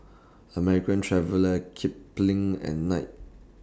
American Traveller Kipling and Knight